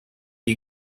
you